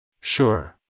Sure